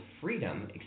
freedom